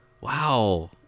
Wow